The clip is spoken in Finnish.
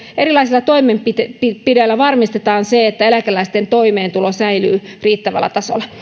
erilaisilla toimenpiteillä toimenpiteillä varmistetaan se että eläkeläisten toimeentulo säilyy riittävällä tasolla